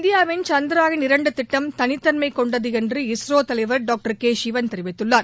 இந்தியாவின் சந்த்ரயான் இரண்டு திட்டம் தனித்தன்மை கொண்டது என்று இஸ்ரோ தலைவர் டாக்டர் கே சிவன் தெரிவித்துள்ளார்